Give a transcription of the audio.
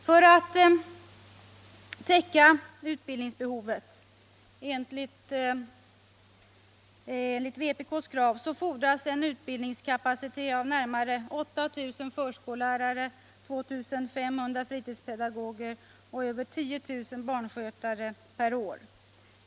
För att täcka utbildningsbehovet, enligt vpk:s krav, fordras en utbildningskapacitet av närmare 8 000 förskollärare, 2 500 fritidspedagoger och över 10 000 barnskötare per år.